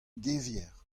gevier